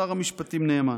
שר המשפטים נאמן.